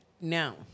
Now